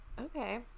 Okay